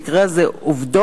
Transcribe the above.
במקרה הזה עובדות,